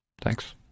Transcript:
thanks